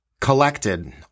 collected